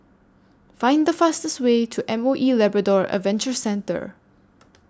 Find The fastest Way to M O E Labrador Adventure Centre